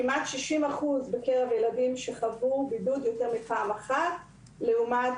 כמעט 60 אחוזים בקרב ילדים שחוו בידוד יותר מפעם אחת לעומת